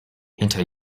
hinter